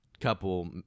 couple